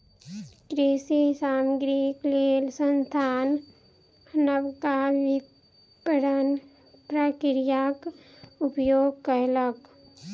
कृषि सामग्रीक लेल संस्थान नबका विपरण प्रक्रियाक उपयोग कयलक